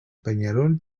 peñarol